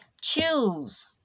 choose